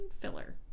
filler